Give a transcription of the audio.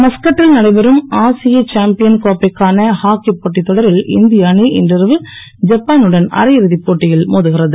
மஸ்கட்டில் நடைபெறும் ஆசிய சேம்பியன் கோப்பைக்கான ஹாக்கி போட்டித் தொடரில் இந்திய அணி இன்று இரவு ஜப்பானுடன் அரைஇறுதிப் போட்டியில் மோதுகிறது